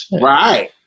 Right